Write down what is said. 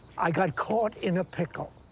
i got caught in a pickle.